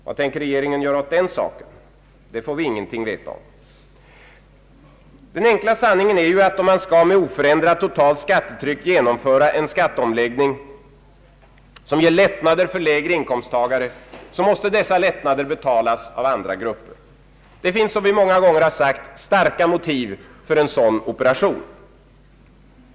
Vad tänker regeringen göra åt den saken? Det får vi ingenting veta om. Den enkla sanningen är ju att om man med oförändrat totalt skattetryck skall genomföra en skatteomläggning som ger lättnader för lägre inkomsttagare, så måste dessa lättnader betalas av andra grupper. Det finns, som vi många gånger har sagt, starka motiv för en sådan operation.